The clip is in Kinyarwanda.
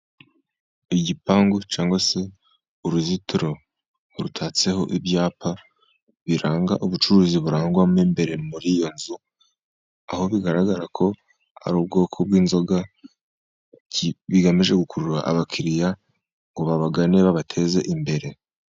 Igipangu cyangwa se uruzitiro rutatseho ibyapa biranga ubucuruzi burangwamo imbere muri iyo nzu aho bigaragara ko ari ubwoko bw'inzoga, bigamije gukurura abakiriya, ngo babagane babateze imbere.